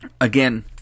Again